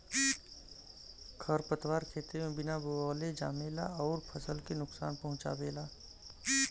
खरपतवार खेते में बिना बोअले जामेला अउर फसल के नुकसान पहुँचावेला